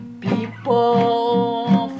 people